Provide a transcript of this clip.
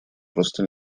просто